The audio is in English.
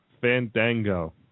Fandango